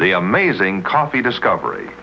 are amazing coffee discovery